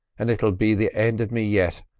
and it'll be the end of me yet,